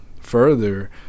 further